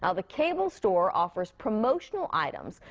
ah the cable store offers promotional items,